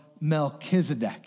Melchizedek